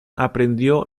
aprendió